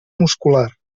muscular